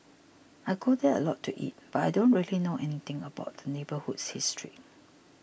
I go there a lot to eat but I don't really know anything about the neighbourhood's history